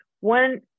one